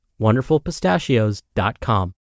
WonderfulPistachios.com